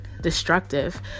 destructive